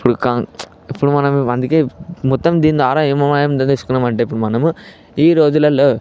ఇప్పుడు ఇప్పుడు మనం అందుకే మొత్తం దీని ద్వారా ఏం ఏం తెలుసుకున్నాం అంటే మనము ఈరోజులల్లో